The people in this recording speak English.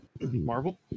Marvel